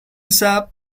sharp